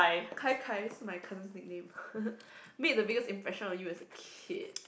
kai kai's my cousin's nickname meet the bigger impression on you as a kid